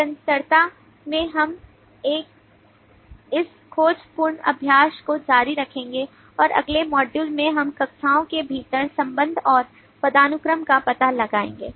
निरंतरता में हम इस खोजपूर्ण अभ्यास को जारी रखेंगे और अगले module में हम कक्षाओं के भीतर संबंध और पदानुक्रम का पता लगाएंगे